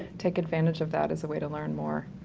take advantage of that as a way to learn more.